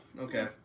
okay